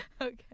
Okay